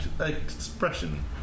expression